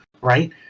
right